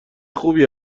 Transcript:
خوبی